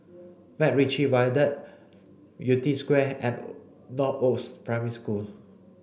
MacRitchie Viaduct Yew Tee Square and Northoaks Primary School